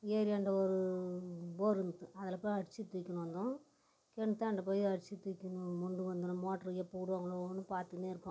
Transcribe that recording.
ஏரியாண்ட ஒரு போரு இருக்குது அதில் போய் அடித்து தூக்கின்னு வந்தோம் கிணத்தாண்ட போய் அடித்து தூக்கின்னு மொண்டு வந்தோம் இந்த மோட்ரு எப்போ விடுவாங்களோன்னு பார்த்துக்கின்னே இருப்போம்